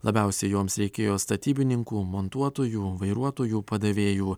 labiausiai joms reikėjo statybininkų montuotojų vairuotojų padavėjų